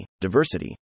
diversity